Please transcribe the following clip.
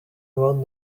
one